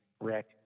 Rick